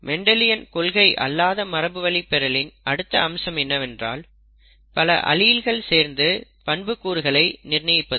Mendelian கொள்கை அல்லாத மரபுவழிப்பெறலின் அடுத்த அம்சம் என்னவென்றால் பல அலீல்கள் சேர்ந்து பண்புக் கூறுகளை நிர்ணயிப்பது